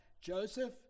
Joseph